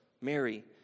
Mary